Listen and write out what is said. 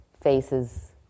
faces